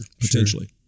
potentially